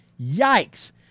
Yikes